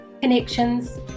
connections